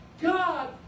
God